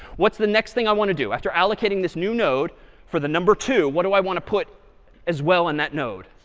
what's the next thing i want to do? after allocating this new node for the number two, what do i want to put as well in that node?